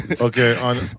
Okay